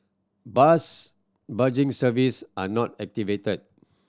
bus bridging service are not activated